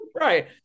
Right